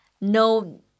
No